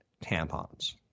tampons